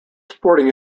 sporting